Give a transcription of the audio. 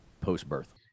post-birth